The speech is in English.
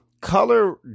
color